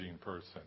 person